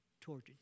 tortured